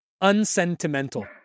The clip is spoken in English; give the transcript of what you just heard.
unsentimental